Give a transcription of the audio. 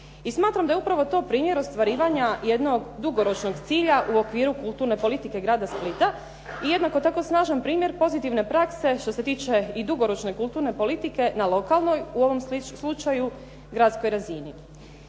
smatram da je upravo to primjer ostvarivanja jednog dugoročnog cilja u okviru kulturne politike Grada Splita i jednako tako snažan primjer pozitivne prakse što se tiče i dugoročne kulturne politike na lokalnoj, u ovom slučaju gradskoj razini.